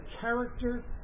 character